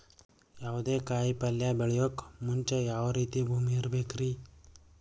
ಯಾವುದೇ ಕಾಯಿ ಪಲ್ಯ ಬೆಳೆಯೋಕ್ ಮುಂಚೆ ಯಾವ ರೀತಿ ಭೂಮಿ ಇರಬೇಕ್ರಿ?